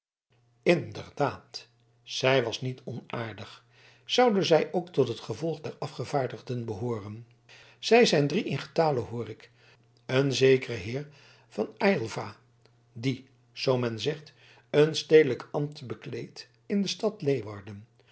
inderdaad zij was niet onaardig zoude zij ook tot het gevolg der afgevaardigden behooren zij zijn drie in getale hoor ik een zekere heer van aylva die zoo men zegt een stedelijk ambt bekleedt in de stad leeuwarden